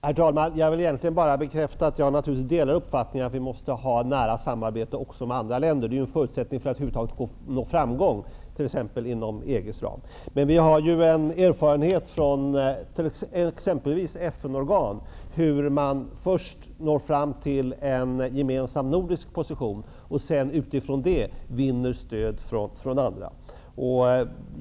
Herr talman! Jag vill egentligen bara bekräfta att jag delar uppfattningen att vi måste ha nära samarbete också med andra länder. Det är en förutsättning för att över huvud taget nå framgång inom t.ex. EG:s ram. Vi har erfarenhet från exempelvis FN:s organ av hur man först når fram till en gemensam nordisk position och sedan, utifrån det, vinner stöd från andra.